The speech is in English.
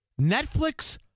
Netflix